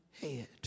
head